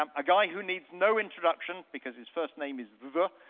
um a guy who needs no introduction because his first name is the,